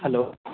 hello